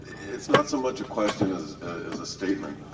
it's not so much a question as as a statement.